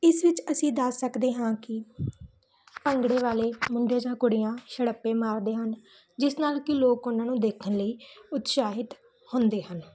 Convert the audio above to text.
ਇਸ ਵਿੱਚ ਅਸੀਂ ਦੱਸ ਸਕਦੇ ਹਾਂ ਕਿ ਭੰਗੜੇ ਵਾਲੇ ਮੁੰਡੇ ਜਾਂ ਕੁੜੀਆਂ ਛੜੱਪੇ ਮਾਰਦੇ ਹਨ ਜਿਸ ਨਾਲ ਕਿ ਲੋਕ ਉਹਨਾਂ ਨੂੰ ਦੇਖਣ ਲਈ ਉਤਸ਼ਾਹਿਤ ਹੁੰਦੇ ਹਨ